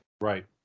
Right